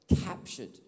Captured